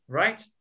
right